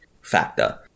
factor